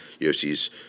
UFC's